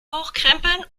hochkrempeln